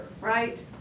right